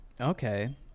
okay